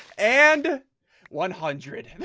and one hundred